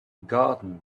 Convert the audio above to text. garden